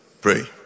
Pray